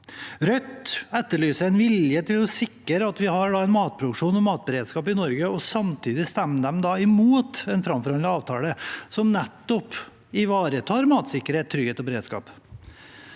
Rødt etterlyser en vilje til å sikre at vi har en matproduksjon og en matberedskap i Norge, samtidig som de stemmer imot en framforhandlet avtale som nettopp ivaretar matsikkerhet, trygghet og beredskap.